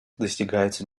достигается